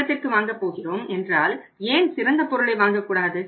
ரொக்கத்திற்கு வாங்கப் போகிறோம் என்றால் ஏன் சிறந்த பொருளை வாங்க கூடாது